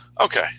Okay